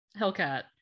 Hellcat